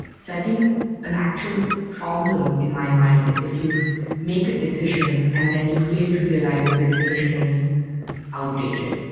so i think an actual problem in my mind is if you make a decision and then you fail to realize when the decision is outdated.